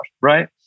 right